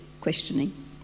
questioning